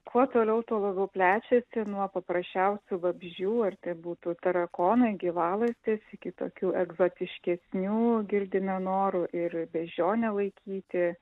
kuo toliau tuo labiau plečiasi nuo paprasčiausių vabzdžių ar tai būtų tarakonai gyvalazdės iki tokių egzotiškesnių girdime norų ir beždžionę laikyti